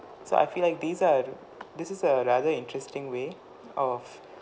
so I feel like these are this is a rather interesting way of